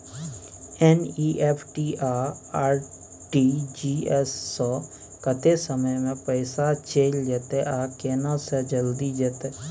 NEFT आ RTGS स कत्ते समय म पैसा चैल जेतै आ केना से जल्दी जेतै?